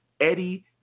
Eddie